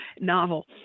novel